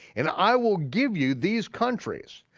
and i will give you these countries.